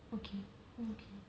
okay okay